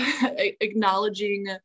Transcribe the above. acknowledging